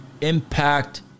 Impact